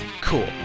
cool